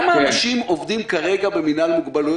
כמה אנשים עובדים כרגע במינהל מוגבלויות?